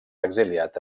exiliat